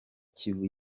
kivu